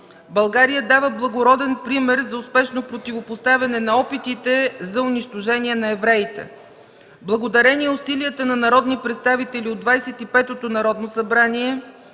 България дава благороден пример за успешно противопоставяне на опитите за унищожение на евреите. Благодарение усилията на народни представители от 25-то Народно събрание,